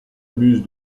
muse